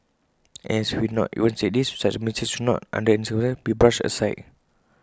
and as if we even need to say this such A mistake should not under any circumstances be brushed aside